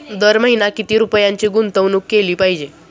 दर महिना किती रुपयांची गुंतवणूक केली पाहिजे?